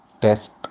test